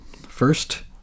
First